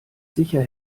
sicher